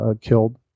killed